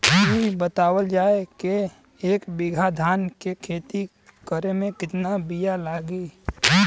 इ बतावल जाए के एक बिघा धान के खेती करेमे कितना बिया लागि?